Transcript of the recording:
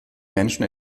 menschen